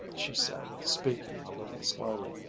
she said, speaking a little slowly,